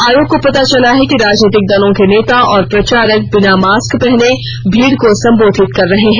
आयोग को पता चला है कि राजनीतिक दलों के नेता और प्रचारक बिना मास्क पहने भीड़ को सम्बोधित कर रहे हैं